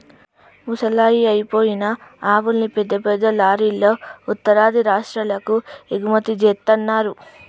ముసలయ్యి అయిపోయిన ఆవుల్ని పెద్ద పెద్ద లారీలల్లో ఉత్తరాది రాష్టాలకు ఎగుమతి జేత్తన్నరు